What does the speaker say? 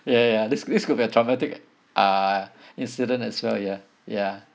ya ya this this could be a traumatic uh incident as well ya ya